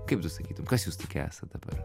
kaip tu sakytum kas jūs esat dabar